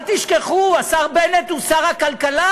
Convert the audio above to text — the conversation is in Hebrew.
אל תשכחו, השר בנט הוא שר הכלכלה,